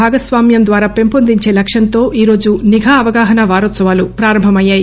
భాగస్వామ్యం ద్వారా పెంపొందించే లక్క్యంతో ఈరోజు నిఘా అవగాహన వారోత్సవాలు ప్రారంభం అయ్యాయి